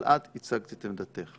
אבל את הצגת את עמדתך.